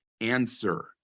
answer